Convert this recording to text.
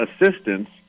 assistance